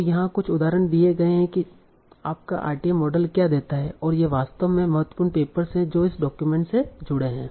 तो यहाँ कुछ उदाहरण दिए गए हैं कि आपका RTM मॉडल क्या देता है और ये वास्तव में महत्वपूर्ण पेपर्स हैं जो इस डॉक्यूमेंट से जुड़े हैं